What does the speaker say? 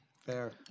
Fair